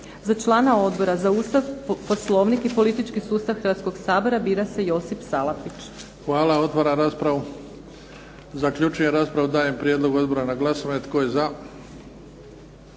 Za člana Odbora za Ustav, Poslovnik i politički sustav Hrvatskog sabora bira se Josip Salapić. **Bebić, Luka (HDZ)** Hvala. Otvaram raspravu. Zaključujem raspravu. Dajem prijedlog odbora na glasovanje. Tko je za?